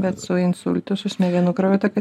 bet su insultu su smegenų kraujotaka